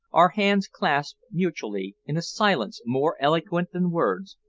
our hands clasp mutually in a silence more eloquent than words,